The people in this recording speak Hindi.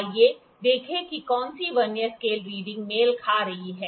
आइए देखें कि कौन सी वर्नियर स्केल रीडिंग मेल खा रही है